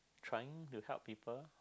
trying to help people